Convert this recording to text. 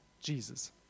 Jesus